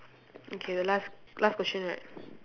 okay the last last question right